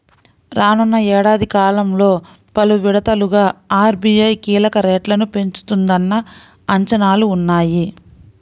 రానున్న ఏడాది కాలంలో పలు విడతలుగా ఆర్.బీ.ఐ కీలక రేట్లను పెంచుతుందన్న అంచనాలు ఉన్నాయి